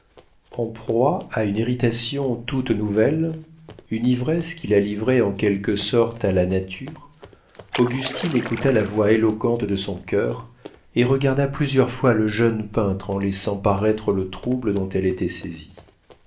en proie à une irritation toute nouvelle à une ivresse qui la livrait en quelque sorte à la nature augustine écouta la voix éloquente de son coeur et regarda plusieurs fois le jeune peintre en laissant paraître le trouble dont elle était saisie